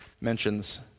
mentions